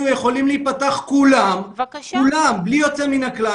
אפשר לפתוח את כל המוזיאונים בלי יוצא מן הכלל,